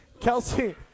Kelsey